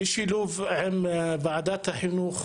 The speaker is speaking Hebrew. בשילוב עם ועדת החינוך,